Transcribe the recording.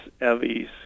Evie's